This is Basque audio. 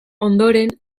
ondoren